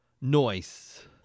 noise